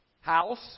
house